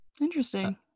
Interesting